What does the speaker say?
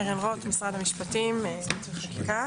קרן רוט, משרד המשפטים, חקיקה.